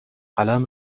قلم